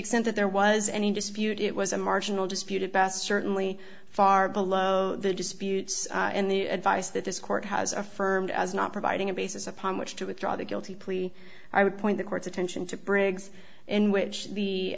extent that there was any dispute it was a marginal disputed best certainly far below the disputes and the advice that this court has affirmed as not providing a basis upon which to withdraw the guilty plea i would point the court's attention to briggs in which